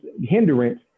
hindrance